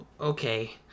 Okay